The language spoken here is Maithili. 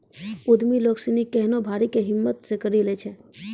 उद्यमि लोग सनी केहनो भारी कै हिम्मत से करी लै छै